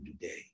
today